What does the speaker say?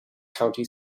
county